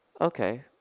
okay